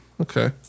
Okay